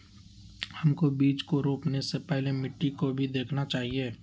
हमको बीज को रोपने से पहले मिट्टी को भी देखना चाहिए?